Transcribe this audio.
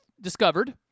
discovered